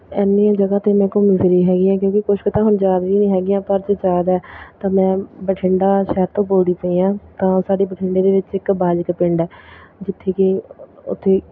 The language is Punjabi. ਇੰਨੀਆਂ ਜਗ੍ਹਾ 'ਤੇ ਮੈਂ ਘੁੰਮੀ ਫਿਰੀ ਹੈਗੀ ਹਾਂ ਕਿਉਂਕਿ ਕੁਛ ਕੁ ਤਾਂ ਹੁਣ ਯਾਦ ਵੀ ਨਹੀਂ ਹੈਗੀਆਂ ਪਰ ਜੋ ਯਾਦ ਹੈ ਤਾਂ ਮੈਂ ਬਠਿੰਡਾ ਸ਼ਹਿਰ ਤੋਂ ਬੋਲਦੀ ਪਈ ਹਾਂ ਤਾਂ ਸਾਡੇ ਬਠਿੰਡੇ ਦੇ ਵਿੱਚ ਇੱਕ ਬਾਜਕ ਪਿੰਡ ਹੈ ਜਿੱਥੇ ਕੇ ਉੱਥੇ